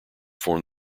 form